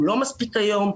הוא לא מספיק כיום.